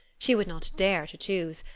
she would not dare to choose,